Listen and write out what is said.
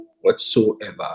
whatsoever